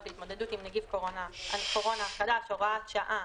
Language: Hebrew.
להתמודדות עם נגיף הקורונה החדש (הוראת שעה),